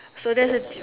so that's the di~